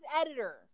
editor